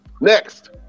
next